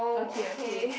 okay okay